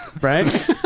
right